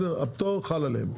הפטור חל עליהם.